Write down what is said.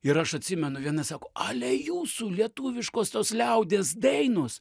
ir aš atsimenu viena sako ale jūsų lietuviškosios liaudies dainos